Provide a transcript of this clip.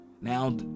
Now